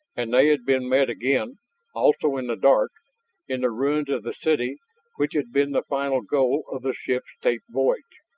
and they had been met again also in the dark in the ruins of the city which had been the final goal of the ship's taped voyage.